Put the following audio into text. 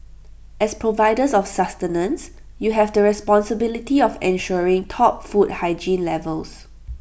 as providers of sustenance you have the responsibility of ensuring top food hygiene levels